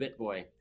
BitBoy